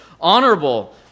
honorable